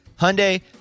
Hyundai